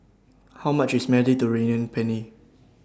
How much IS Mediterranean Penne